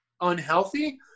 unhealthy